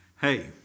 Hey